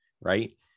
right